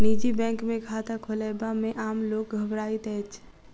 निजी बैंक मे खाता खोलयबा मे आम लोक घबराइत अछि